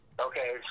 Okay